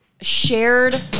shared